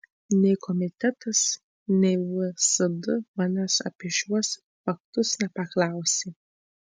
nei komitetas nei vsd manęs apie šiuos faktus nepaklausė